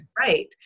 right